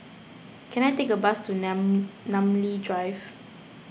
can I take a bus to Nam Namly Drive